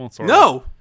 No